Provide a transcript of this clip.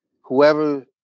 Whoever